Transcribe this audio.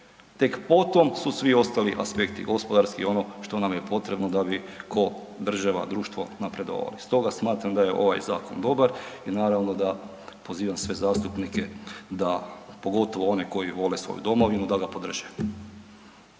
Tek potom su svi ostali aspekti gospodarski i ono što nam je potrebno da bi ko država, društvo napredovali. Stoga smatram da je ovaj zakon dobar i naravno da pozivam sve zastupnike da, pogotovo one koji vole svoju domovinu da ga podrže.